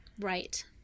Right